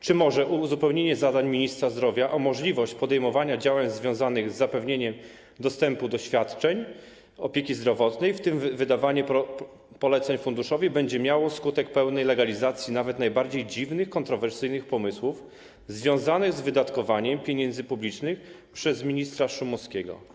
Czy może uzupełnienie zadań ministra zdrowia o możliwość podejmowania działań związanych z zapewnieniem dostępu do świadczeń opieki zdrowotnej, w tym wydawania poleceń funduszowi, będzie miało skutek pełnej legalizacji nawet najbardziej dziwnych, kontrowersyjnych pomysłów związanych z wydatkowaniem pieniędzy publicznych przez ministra Szumowskiego?